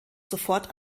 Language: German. sofort